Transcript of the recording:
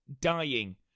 dying